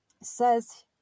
says